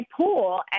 pool